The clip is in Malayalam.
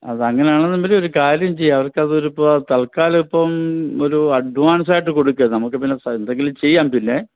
അത് അങ്ങനെയാണെന്നുണ്ടെങ്കിൽ ഒരു കാര്യം ചെയ്യ് അവർക്ക് അതൊരിപ്പോൾ തൽക്കാലം ഇപ്പം ഒരു അഡ്വാൻസായിട്ട് കൊടുക്ക് നമുക്ക് പിന്നെ എന്തെങ്കിലും ചെയ്യാം പിന്നെ